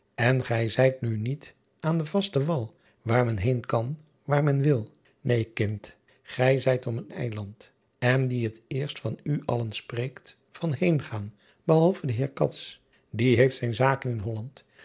n gij zijt nu niet aan den vasten wal daar men heen kan waar men wil een kind gij zijt op een eiland n die het eerst van u allen spreekt van heengaan behalve de eer die heeft zaken in olland